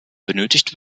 benötigt